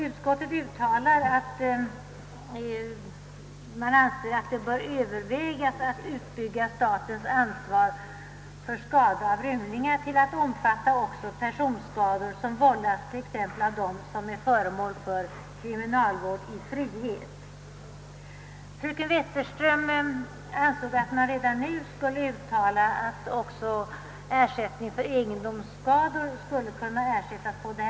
Utskottet säger också att det bör »övervägas ett utbyggande av statens ansvar för skada av rymlingar till att omfatta personskador vållade t.ex. även av dem som är föremål för kriminalvård i frihet». Fröken Wetterström ansåg att man redan nu skulle uttala, att också ersättning för egendomsskador kunde utgå på detta sätt.